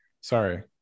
Sorry